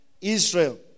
Israel